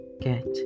get